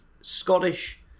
Scottish